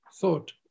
thought